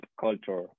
culture